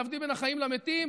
להבדיל בין החיים למתים.